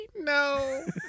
No